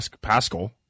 Pascal